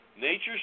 Nature's